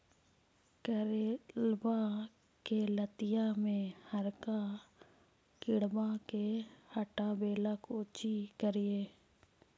करेलबा के लतिया में हरका किड़बा के हटाबेला कोची करिए?